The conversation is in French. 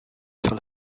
sur